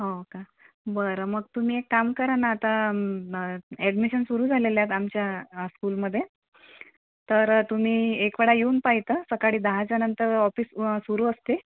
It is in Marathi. हो का बरं मग तुम्ही काम करा ना आता अॅडमिशन सुरू झालेल्या आहेत आमच्या स्कूलमध्ये तर तुम्ही एक वेळा येऊन पाहा इथे सकाळी दहाच्यानंतर ऑफिस सुरू असते